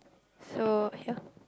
so ya